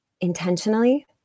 intentionally